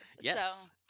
Yes